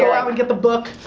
go out and get the book.